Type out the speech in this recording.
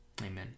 Amen